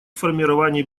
формировании